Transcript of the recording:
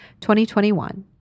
2021